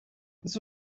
this